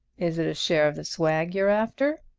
is it a share of the swag you're after?